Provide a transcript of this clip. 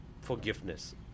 forgiveness